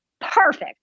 Perfect